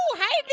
hi there.